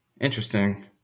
Interesting